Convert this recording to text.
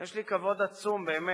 יש לי כבוד עצום, באמת,